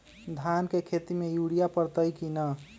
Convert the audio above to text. धान के खेती में यूरिया परतइ कि न?